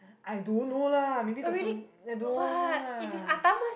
I don't know lah maybe got some I don't know lah